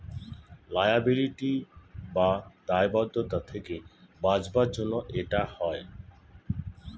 liability বা দায়বদ্ধতা থেকে বাঁচাবার জন্য এটা হয়